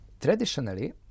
traditionally